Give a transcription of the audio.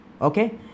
Okay